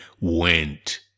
went